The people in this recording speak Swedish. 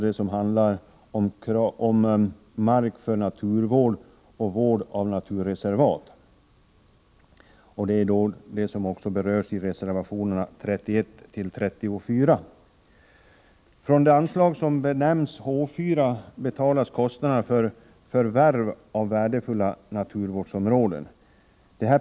Det gäller alltså mark för naturvård och vård av naturrreservaten. Frågorna behandlas också i reservationerna 31-34. Från det anslag som benämns H 4 betalas förvärv av värdefulla naturområden.